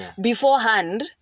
beforehand